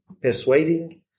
persuading